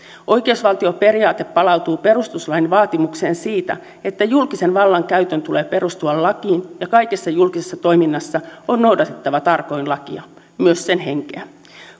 oikeusvaltioperiaate palautuu perustuslain vaatimukseen siitä että julkisen vallan käytön tulee perustua lakiin ja kaikessa julkisessa toiminnassa on noudatettava tarkoin lakia myös sen henkeä